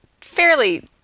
fairly